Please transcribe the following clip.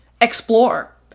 explore